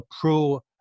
pro